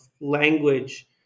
language